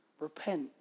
repent